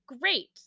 great